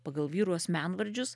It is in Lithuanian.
pagal vyrų asmenvardžius